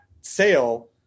sale